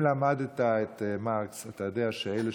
אם למדת את מרקס אתה יודע שאלה